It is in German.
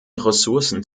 ressourcen